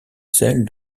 celle